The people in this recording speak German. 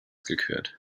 gekürt